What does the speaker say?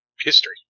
history